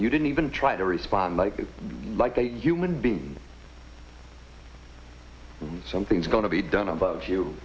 you didn't even try to respond like that like a human being something's going to be done about you